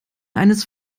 eines